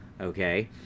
Okay